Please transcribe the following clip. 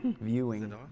Viewing